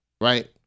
right